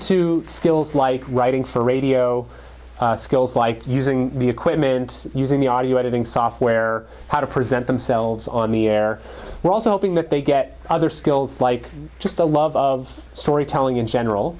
skills like writing for radio skills like using the equipment using the audio editing software how to present themselves on the air we're also hoping that they get other skills like just the love of storytelling in general